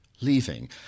leaving